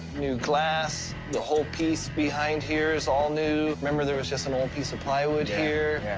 new glass, the whole piece behind here is all new. remember there was just an old piece of plywood here?